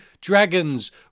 dragons